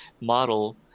model